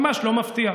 ממש לא מפתיע.